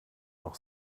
noch